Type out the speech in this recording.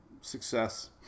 success